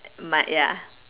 but ya